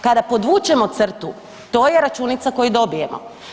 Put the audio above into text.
Kada podvučemo crtu to je računica koju dobijemo.